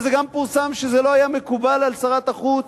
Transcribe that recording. וגם פורסם שזה לא היה מקובל על שרת החוץ,